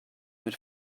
mit